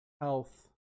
health